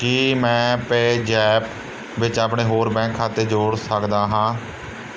ਕੀ ਮੈਂ ਪੇਜੈਪ ਵਿੱਚ ਆਪਣੇ ਹੋਰ ਬੈਂਕ ਖਾਤੇ ਜੋੜ ਸਕਦਾ ਹਾਂ